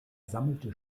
sammelte